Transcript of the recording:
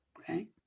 Okay